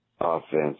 Offense